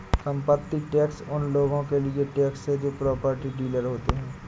संपत्ति टैक्स उन लोगों के लिए टैक्स है जो प्रॉपर्टी डीलर होते हैं